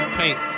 paint